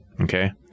Okay